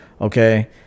okay